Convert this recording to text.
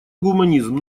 гуманизм